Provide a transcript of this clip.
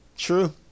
True